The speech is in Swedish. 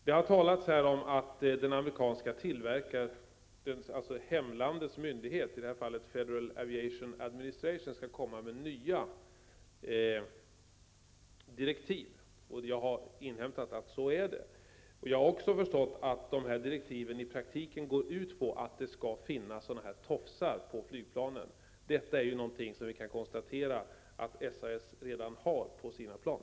Det har här talats om att myndigheten i tillverkarlandet, i det här fallet The Federal Aviation Administration i Amerika, skall komma med nya direktiv. Jag har inhämtat att så är fallet. Jag har också förstått att dessa direktiv i praktiken går ut på att det skall finnas tofsar på flygplanen. Detta är något som vi kan konstatera att SAS redan har på sina plan.